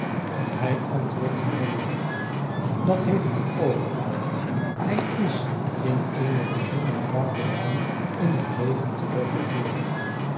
hij antwoordt gemelijk dat heeft niet over hij is in eene bijzonder kwade luim in het leven teruggekeerd